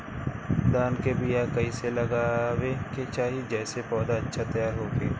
धान के बीया कइसे लगावे के चाही जेसे पौधा अच्छा तैयार होखे?